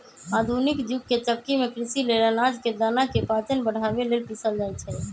आधुनिक जुग के चक्की में कृषि लेल अनाज के दना के पाचन बढ़ाबे लेल पिसल जाई छै